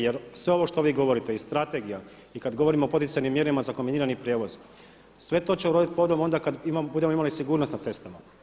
Jer sve ovo što vi govorite i strategija i kad govorimo o poticajnim mjerama za kombinirani prijevoz sve to će uroditi plodom onda kad budemo imali sigurnost na cestama.